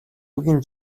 үгийн